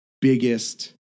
biggest